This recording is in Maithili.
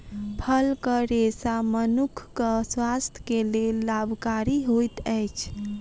फलक रेशा मनुखक स्वास्थ्य के लेल लाभकारी होइत अछि